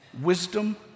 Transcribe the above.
Wisdom